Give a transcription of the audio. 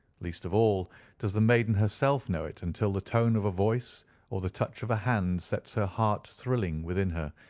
least of all does the maiden herself know it until the tone of a voice or the touch of a hand sets her heart thrilling within her,